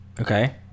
Okay